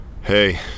Hey